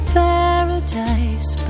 paradise